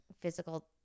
physical